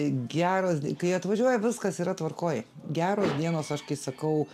geros kai atvažiuoja viskas yra tvarkoj geros dienos aš kai sakau